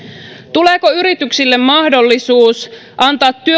tuleeko yrityksille mahdollisuus antaa